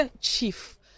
Chief